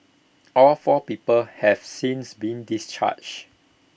all four people have since been discharged